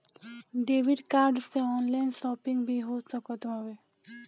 debit card से online shopping भी हो सकत हवे